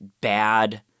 bad